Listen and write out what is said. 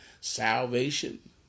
salvation